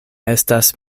estas